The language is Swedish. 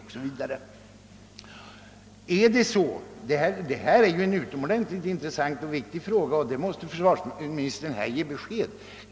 Detta är ju en utomordentligt intressant och viktig fråga, och försvarsministern måste ge besked på denna punkt.